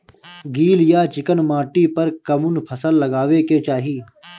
गील या चिकन माटी पर कउन फसल लगावे के चाही?